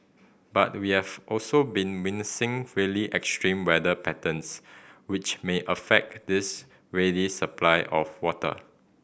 but we have also been really extreme weather patterns which may affect this ready supply of water